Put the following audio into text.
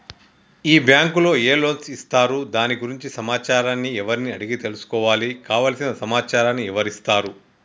ఈ బ్యాంకులో ఏ లోన్స్ ఇస్తారు దాని గురించి సమాచారాన్ని ఎవరిని అడిగి తెలుసుకోవాలి? కావలసిన సమాచారాన్ని ఎవరిస్తారు?